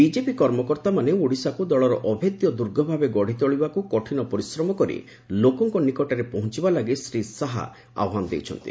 BJP କର୍ମକର୍ତ୍ତାମାନେ ଓଡ଼ିଶାକୁ ଦଳର ଅଭେଦ୍ୟ ଦୁର୍ଗ ଭାବେ ଗଢ଼ିତୋଳିବାକୁ କଠିନ ପରିଶ୍ରମ କରି ଲୋକଙ୍କ ନିକଟରେ ପହଞ୍ଚିବା ଲାଗି ଶ୍ରୀ ଶାହା ନିବେଦନ କରିଛନ୍ତି